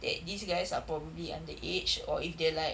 that these guys are probably under aged or if they're like